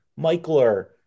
Michler